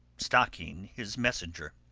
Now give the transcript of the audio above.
stocking his messenger.